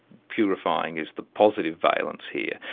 purifying is the positive valence here,